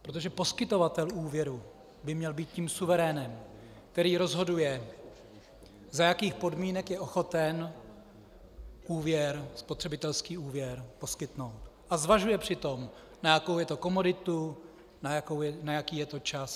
Protože poskytovatel úvěru by měl být tím suverénem, který rozhoduje, za jakých podmínek je ochoten spotřebitelský úvěr poskytnout, a zvažuje přitom, na jakou je to komoditu, na jaký je to čas atd.